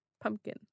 Pumpkin